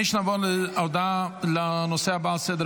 אני קובע כי הצעת חוק הכללת אמצעי זיהוי